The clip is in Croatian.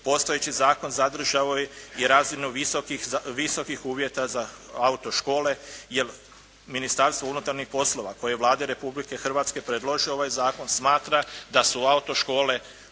Postojeći zakon zadržao je i razinu visokih uvjeta za autoškole jer Ministarstvo unutarnjih poslova koje je Vladi Republike Hrvatske predložio ovaj zakon, smatra da su autoškole polazna